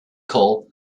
call